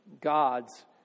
God's